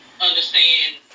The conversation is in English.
understand